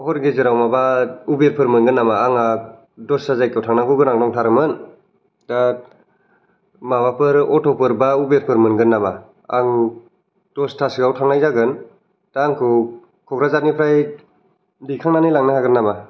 हर गेजेराव माबा उबेरफोर मोनगोन नामा आंहा दस्रा जायगायाव थांनांगौ गोनां दंथारोमोन दा माबाफोर अट'फोर बा उबेरफोर मोनगोन नामा आं दसतासोआव थांनाय जागोन दा आंखौ कक्राझारनिफ्राय दैखांनानै लांनो हागोन नामा